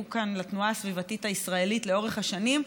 כאן לתנועה הסביבתית הישראלית לאורך השנים,